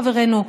חברנו,